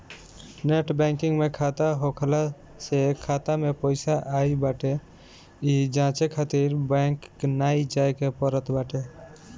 net banking में खाता होखला से खाता में पईसा आई बाटे इ जांचे खातिर बैंक नाइ जाए के पड़त बाटे